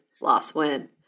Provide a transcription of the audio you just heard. loss-win